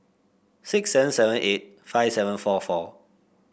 six seven seven eight five seven four four